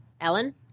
Ellen